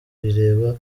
rireba